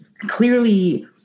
clearly